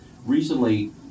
recently